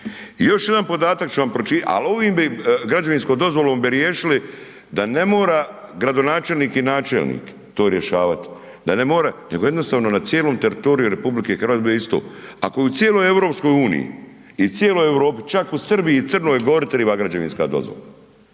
Još jedan podatak ću vam pročitati, al ovim bi, građevinskom dozvolom bi riješili da ne mora gradonačelnik i načelnik to rješavat, da ne more, nego jednostavno na cijelo teritoriju RH bi bilo isto, ako bi cijeloj EU i cijeloj Europi, čak u Srbiji i Crnoj Gori triba građevinska dozvola,